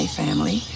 family